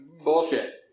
bullshit